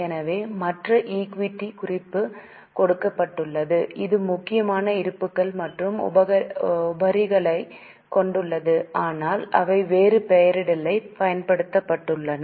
எனவே மற்ற ஈக்விட்டி குறிப்பு கொடுக்கப்பட்டுள்ளது இது முக்கியமாக இருப்புக்கள் மற்றும் உபரிகளைக் கொண்டுள்ளது ஆனால் அவை வேறு பெயரிடலைப் பயன்படுத்தியுள்ளன